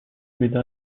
guida